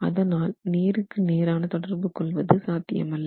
அதனால் நேருக்கு நேரான தொடர்பு கொள்வது சாத்தியமல்ல